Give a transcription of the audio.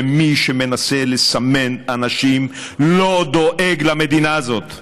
ומי שמנסה לסמן אנשים לא דואג למדינה הזאת.